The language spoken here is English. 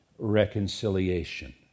reconciliation